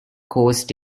caused